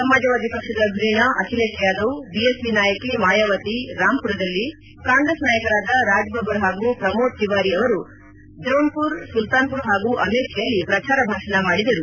ಸಮಾಜವಾದಿ ಪಕ್ಷದ ಧುರೀಣ ಅಖಿಲೇಶ್ ಯಾದವ್ ಬಿಎಸ್ಪಿ ನಾಯಕಿ ಮಾಯಾವತಿ ರಾಂಪುರದಲ್ಲಿ ಕಾಂಗ್ರೆಸ್ ನಾಯಕರಾದ ರಾಜ್ಬಬ್ಬರ್ ಹಾಗೂ ಪ್ರಮೋದ್ ತಿವಾರಿ ಅವರು ಜೌನ್ಮರ್ ಸುಲ್ತಾನ್ಮರ್ ಹಾಗೂ ಅಮೇಥಿಯಲ್ಲಿ ಪ್ರಚಾರ ಭಾಷಣ ಮಾಡಿದರು